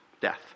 Death